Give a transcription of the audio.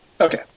Okay